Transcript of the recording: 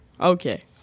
Okay